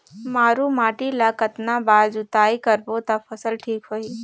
मारू माटी ला कतना बार जुताई करबो ता फसल ठीक होती?